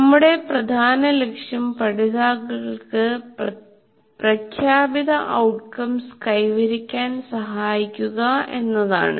നമ്മുടെ പ്രധാന ലക്ഷ്യം പഠിതാക്കൾക്ക് പ്രഖ്യാപിത ഔട്ട്കംസ് കൈവരിക്കാൻ സഹായിക്കുക എന്നതാണ്